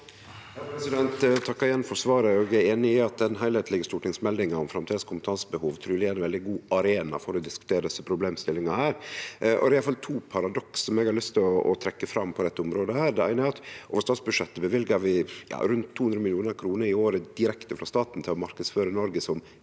igjen for svaret. Eg er einig i at den heilskaplege stortingsmeldinga om framtidas kompetansebehov truleg er ein veldig god arena for å diskutere desse problemstillingane. Det er iallfall to paradoks som eg har lyst til å trekkje fram på dette området. Det eine er at over statsbudsjettet løyver vi rundt 200 mill. kr i året direkte frå staten til å marknadsføre Noreg som